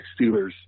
Steelers